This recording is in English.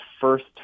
first